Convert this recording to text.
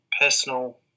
personal